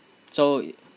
so